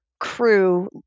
crew